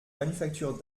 manufactures